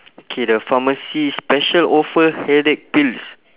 okay the pharmacy special offer headache pills